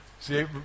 See